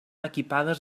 equipades